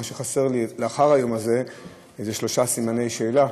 מה שחסר לי לאחר היום הזה זה שלושה סימני שאלה,